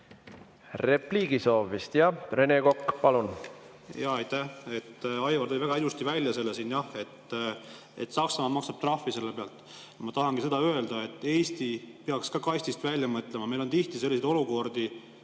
Repliigisoov vist, jah? Rene Kokk, palun! Aitäh! Aivar tõi väga ilusti välja selle, et Saksamaa maksab trahvi selle pealt. Ma tahangi seda öelda, et Eesti peaks ka kastist välja mõtlema. Meil on tihti selliseid olukordi,